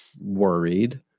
worried